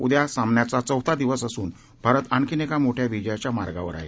उदया सामन्याचा चौथा दिवस असून भारत आणखी एका मोठ्या विजयाच्या मार्गावर आहे